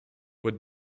would